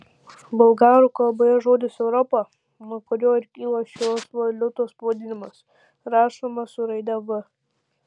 bulgarų kalboje žodis europa nuo kurio ir kyla šios valiutos pavadinimas rašomas su raide v